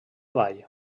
vall